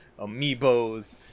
Amiibos